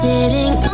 sitting